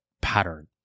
pattern